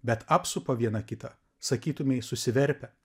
bet apsupa viena kitą sakytumei susiverpia